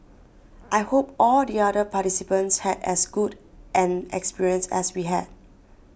I hope all the other participants had as good an experience as we had